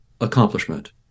accomplishment